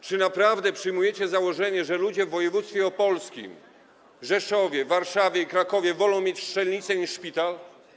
Czy naprawdę przyjmujecie założenie, że ludzie w województwie opolskim, Rzeszowie, Warszawie i Krakowie wolą mieć strzelnicę niż szpital?